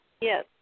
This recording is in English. Yes